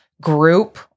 group